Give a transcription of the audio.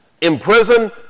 imprison